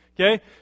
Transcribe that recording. Okay